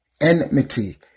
Enmity